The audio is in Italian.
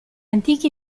antichi